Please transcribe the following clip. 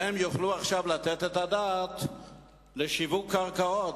יוכלו עכשיו לתת את הדעת לשיווק קרקעות.